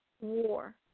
war